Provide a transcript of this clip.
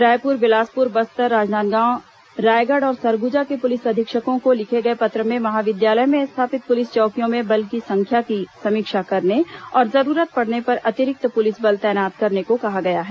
रायपुर बिलासपुर बस्तर राजनांदगांव रायगढ़ और सरगुजा के पुलिस अधीक्षकों को लिखे गए पत्र में महाविद्यालय में स्थापित पुलिस चौकियों में बल की संख्या की समीक्षा करने और जरूरत पड़ने पर अतिरिक्त पुलिस बल तैनात करने कहा गया है